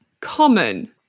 common